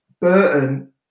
Burton